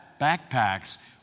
backpacks